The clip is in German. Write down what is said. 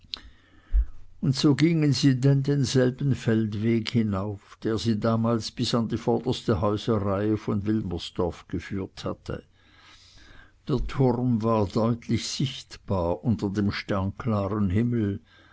und so gingen sie denn denselben feldweg hinauf der sie damals bis an die vorderste häuserreihe von wilmersdorf geführt hatte der turm war deutlich sichtbar unter dem sternklaren himmel